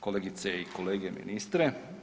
Kolegice i kolege, ministre.